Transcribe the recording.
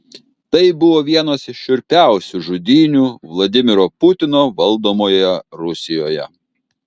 tai buvo vienos iš šiurpiausių žudynių vladimiro putino valdomoje rusijoje